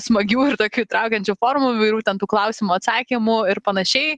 smagių ir tokių įtraukiančių formų įvairių ten tų klausimų atsakymų ir panašiai